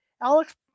Alex